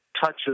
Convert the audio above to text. touches